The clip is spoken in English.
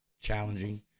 challenging